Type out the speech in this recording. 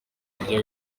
buryo